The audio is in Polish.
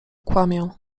kłamię